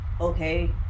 okay